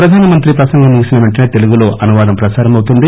ప్రధాన మంత్రి ప్రసంగం ముగిసిన పెంటసే తెలుగులో అనువాదం ప్రసారమవుతుంది